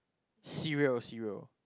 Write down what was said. cereal cereal